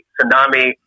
Tsunami